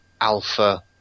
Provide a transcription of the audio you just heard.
alpha